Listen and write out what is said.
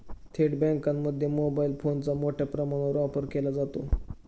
थेट बँकांमध्ये मोबाईल फोनचा मोठ्या प्रमाणावर वापर केला जातो